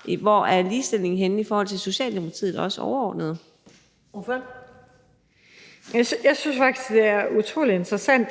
(Karen Ellemann): Ordføreren. Kl. 19:15 Camilla Fabricius (S): Jeg synes faktisk, det er utrolig interessant